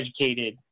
educated